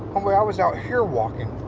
homeboy, i was out here walking